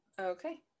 Okay